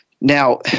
Now